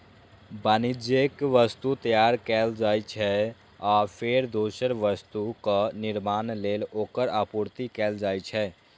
वाणिज्यिक वस्तु तैयार कैल जाइ छै, आ फेर दोसर वस्तुक निर्माण लेल ओकर आपूर्ति कैल जाइ छै